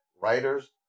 writers